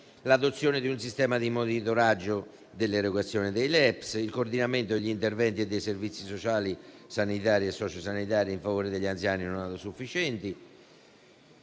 l'adozione di un sistema di monitoraggio dell'erogazione dei LEPS; il coordinamento degli interventi e dei servizi sociali, sanitari e sociosanitari in favore degli anziani non autosufficienti;